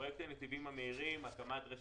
פרויקטים של נתיבים מהירים הקמת רשת